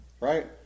right